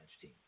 team